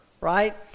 right